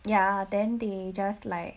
ya then they just like